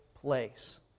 place